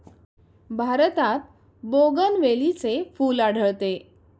भारतात बोगनवेलीचे फूल आढळते